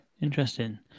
Interesting